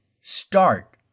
Start